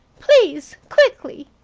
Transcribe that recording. please quickly!